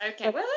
Okay